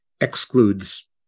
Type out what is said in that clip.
excludes